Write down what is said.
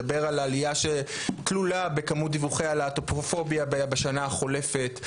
מדבר על העלייה שתלולה בכמות דיווחי הלהט"בופוביה בשנה החולפת,